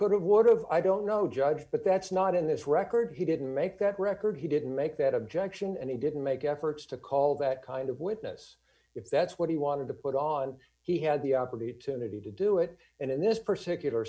could have would have i don't know judge but that's not in this record he didn't make that record he didn't make that objection and he didn't make efforts to call that kind of witness if that's what he wanted to put on he had the opportunity to do it and in this particular